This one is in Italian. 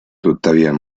tuttavia